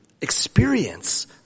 experience